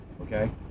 Okay